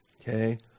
Okay